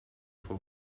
for